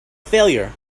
failure